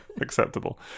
acceptable